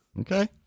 Okay